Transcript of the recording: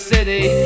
City